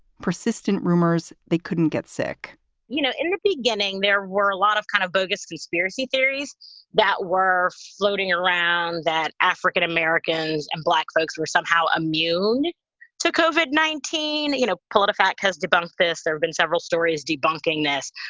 persistent rumors they couldn't get sick you know, in the beginning, there were a lot of kind of bogus conspiracy theories that were floating around that african-americans and black folks were somehow immune to kove at nineteen. you know, politifact has debunked this. there have been several stories debunking this,